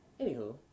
Anywho